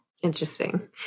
Interesting